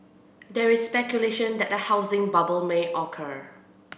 there is speculation that a housing bubble may occur